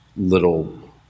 Little